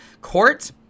Court